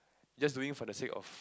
just doing for the sake of